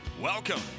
Welcome